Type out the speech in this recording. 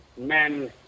men